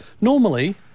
Normally